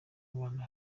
abana